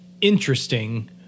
interesting